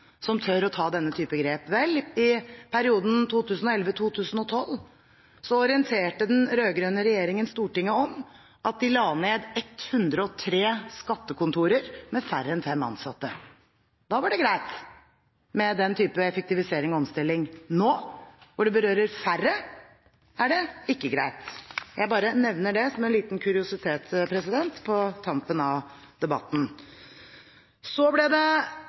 som tør å ta denne type grep: I perioden 2011–2012 orienterte den rød-grønne regjeringen Stortinget om at den ville legge ned 103 skattekontorer med færre enn fem ansatte. Da var det greit med den type effektivisering og omstilling. Nå, når det berører færre, er det ikke greit. Jeg bare nevner det som en liten kuriositet – på tampen av debatten. Så ble det